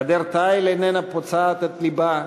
גדר תיל איננה פוצעת את לבה,